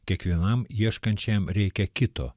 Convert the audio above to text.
kiekvienam ieškančiam reikia kito